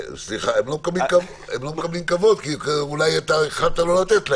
הם לא מקבלים כבוד, אולי אתה החלטת לא לתת להם.